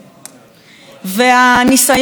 והניסיון של המפכ"ל,